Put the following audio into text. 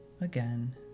Again